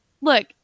look